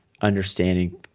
understanding